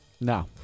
now